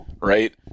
Right